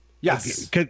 Yes